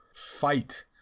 fight